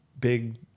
big